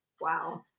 wow